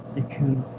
they can